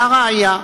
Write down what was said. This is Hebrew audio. והא ראיה,